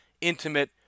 intimate